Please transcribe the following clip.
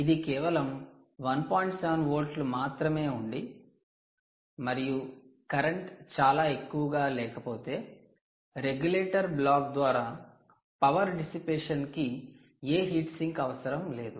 7 వోల్ట్లు మాత్రమే ఉండి మరియు కరెంట్ చాలా ఎక్కువగా లేకపోతే రెగ్యులేటర్ బ్లాక్ ద్వారా 'పవర్ డిసిపేషన్' కి'power dissipation' ఏ 'హీట్ సింక్' అవసరం లేదు